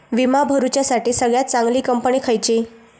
विमा भरुच्यासाठी सगळयात चागंली कंपनी खयची?